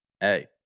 Hey